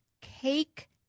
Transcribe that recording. cake